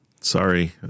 sorry